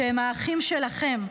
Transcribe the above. שהם האחים שלכם,